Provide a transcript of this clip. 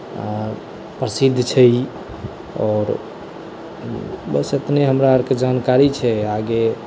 प्रसिद्ध छै ई और बस अपने हमरा आरकेँ जानकारी छै आगे